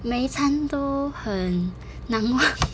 每一餐都很难忘